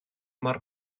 mor